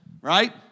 Right